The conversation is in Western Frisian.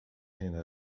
hinne